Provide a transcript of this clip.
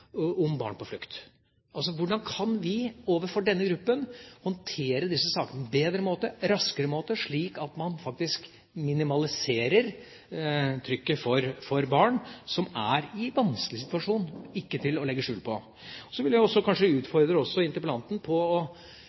om barn på flukt. Altså: Hvordan kan vi overfor denne gruppen håndtere disse sakene på en bedre måte, raskere måte, slik at man faktisk minimaliserer trykket for barn, som det ikke er til å legge skjul på er i en vanskelig situasjon? Så vil jeg også utfordre interpellanten til i det minste å